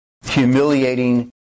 humiliating